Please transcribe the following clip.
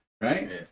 Right